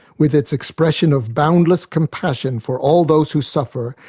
with its expression of boundless compassion for all those who suffer,